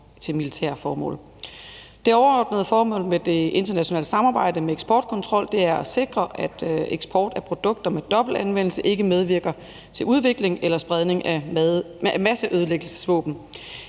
Det overordnede formål med det internationale samarbejde med eksportkontrol er at sikre, at eksport af produkter med dobbelt anvendelse ikke medvirker til udvikling eller spredning af masseødelæggelsesvåben.